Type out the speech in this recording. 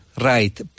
Right